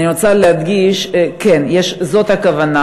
אני רוצה להדגיש: כן, זאת הכוונה,